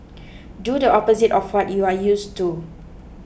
do the opposite of what you are use to